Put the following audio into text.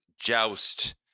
joust